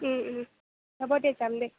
হ'ব দে যাম দে